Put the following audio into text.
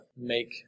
make